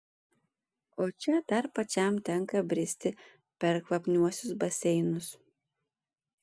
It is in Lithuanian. o čia dar pačiam tenka bristi per kvapniuosius baseinus